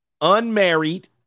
Unmarried